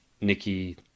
Nikki